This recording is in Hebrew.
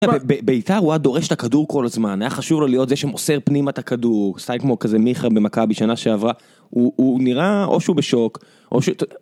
בביתר הוא הדורש את הכדור כל הזמן, היה חשוב לו להיות זה שמוסר פנימה את הכדור, סטייל כמו כזה מיכה במכבי בשנה שעברה, הוא נראה או שהוא בשוק או שהוא...